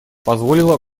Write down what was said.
позволило